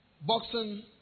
boxing